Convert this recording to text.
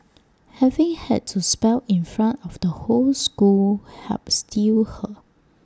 having had to spell in front of the whole school helped steel her